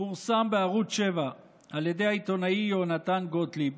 פורסם בערוץ 7, על ידי העיתונאי יהונתן גוטליב,